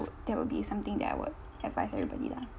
that would be something that I would advise everybody lah